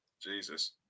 Jesus